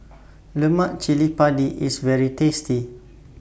Lemak Cili Padi IS very tasty